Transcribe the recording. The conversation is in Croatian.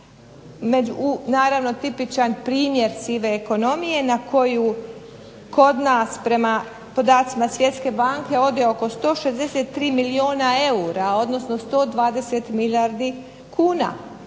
naravno tipičan primjer sive ekonomije na koju kod nas prema podacima Svjetske banke ode oko 163 milijuna eura, odnosno 120 milijardi kuna.